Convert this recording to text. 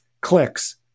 clicks